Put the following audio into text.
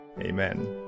Amen